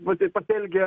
nu tai pasielgė